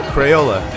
Crayola